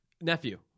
Nephew